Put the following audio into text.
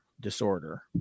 disorder